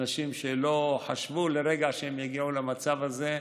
אנשים שלא חשבו לרגע שהם יגיעו למצב הזה,